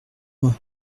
moi